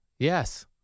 Yes